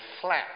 flat